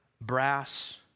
brass